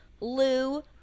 Lou